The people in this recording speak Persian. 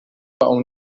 اون